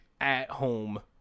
at-home